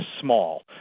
small